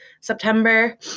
September